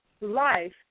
life